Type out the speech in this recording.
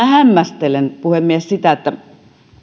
hämmästelen puhemies sitä että